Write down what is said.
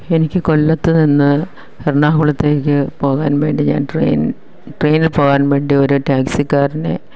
എനിക്ക് കൊല്ലത്തുനിന്ന് എറണാകുളത്തേക്ക് പോകാൻ വേണ്ടി ഞാൻ ട്രെയിൻ ട്രെയിനി പോകാൻ വേണ്ടി ഒരു ടാക്സിക്കാരനെ